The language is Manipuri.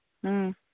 ꯎꯝ